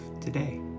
today